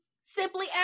simply